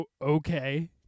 okay